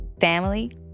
family